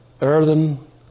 earthen